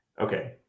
Okay